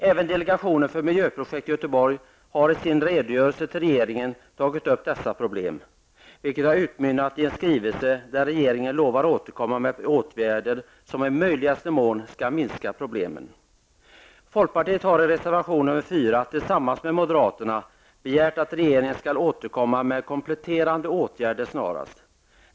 Även delegationen för Miljöprojekt Göteborg har i sin redogörelse till regeringen tagit upp dessa problem. Detta har utmynnat i en skrivelse, där regeringen lovar återkomma med åtgärder som i möjligaste mån skall minska problemen. Folkpartiet har i reservation nr 4 tillsammans med moderaterna begärt att regeringen skall återkomma med kompletterande åtgärder snarast.